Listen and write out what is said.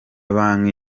banki